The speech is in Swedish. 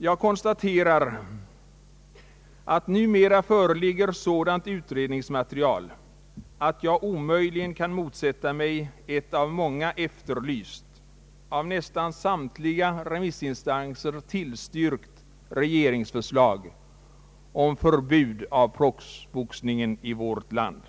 Jag konstaterar att numera föreligger sådant utredningsmaterial att jag omöjligen kan motsätta mig ett av många efterlyst, av nästan samtliga remissinstanser tillstyrkt regeringsförslag om förbud mot proffsboxningen i vårt land.